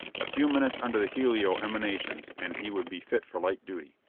a few minutes under the helio emanations and he would be fit for light duty.